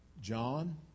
John